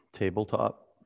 Tabletop